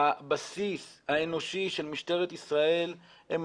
הבסיס האנושי של משטרת ישראל הוא טוב,